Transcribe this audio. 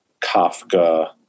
Kafka